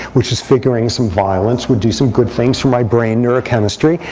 which is figuring some violence would do some good things for my brain neurochemistry.